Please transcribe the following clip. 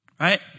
right